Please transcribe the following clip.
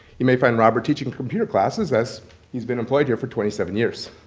you may find robert teaching computer classes, as he's been employed here for twenty seven years.